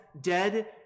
dead